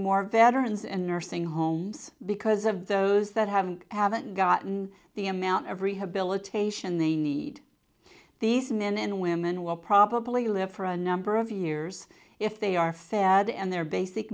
more veterans in nursing homes because of those that have and haven't gotten the amount of rehabilitation they need these men and women will probably live for a number of years if they are fed and their basic